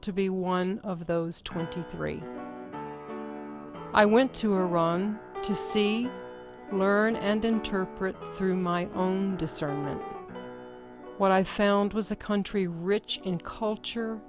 to be one of those twenty three i went to iran to see learn and interpret through my own discernment what i found was a country rich in culture